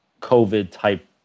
COVID-type